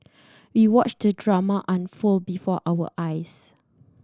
we watched the drama unfold before our eyes